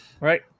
Right